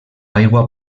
aigua